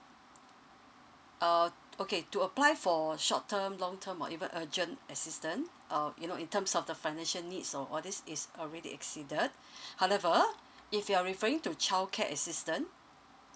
uh okay to apply for short term long term or even urgent assistance uh you know in terms of the financial needs or all this is already exceeded however if you're referring to childcare assistance